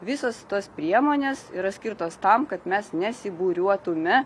visos tos priemonės yra skirtos tam kad mes nesibūriuotume